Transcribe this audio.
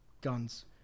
guns